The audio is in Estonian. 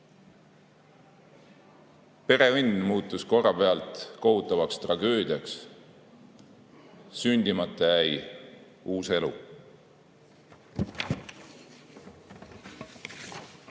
Pereõnn muutus korrapealt kohutavaks tragöödiaks, sündimata jäi uus elu.